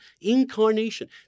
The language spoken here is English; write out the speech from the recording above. Incarnation